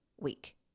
week